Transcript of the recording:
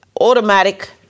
automatic